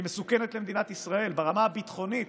והיא מסוכנת למדינת ישראל ברמה הביטחונית.